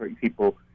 people